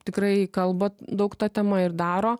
tikrai kalba daug ta tema ir daro